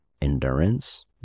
endurance